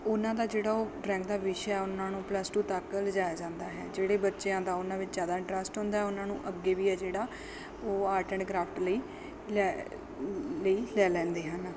ਉਹਨਾਂ ਦਾ ਜਿਹੜਾ ਉਹ ਡਰੈਂਗ ਦਾ ਵਿਸ਼ਾ ਉਹਨਾਂ ਨੂੰ ਪਲੱਸ ਟੂ ਤੱਕ ਲਿਜਾਇਆ ਜਾਂਦਾ ਹੈ ਜਿਹੜੇ ਬੱਚਿਆਂ ਦਾ ਉਹਨਾਂ ਵਿੱਚ ਜ਼ਿਆਦਾ ਇੰਟਰਸਟ ਹੁੰਦਾ ਉਹਨਾਂ ਨੂੰ ਅੱਗੇ ਵੀ ਆ ਜਿਹੜਾ ਉਹ ਆਰਟ ਐਂਡ ਕ੍ਰਾਫਟ ਲਈ ਲੈ ਲਈ ਲੈ ਲੈਂਦੇ ਹਨ